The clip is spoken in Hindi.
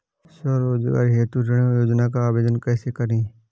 स्वरोजगार हेतु ऋण योजना का आवेदन कैसे करें?